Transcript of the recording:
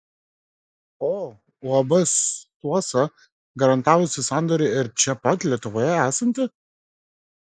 o uab suosa garantavusi sandorį ir čia pat lietuvoje esanti